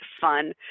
fun